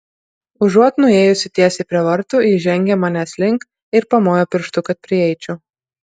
užuot nuėjusi tiesiai prie vartų ji žengė manęs link ir pamojo pirštu kad prieičiau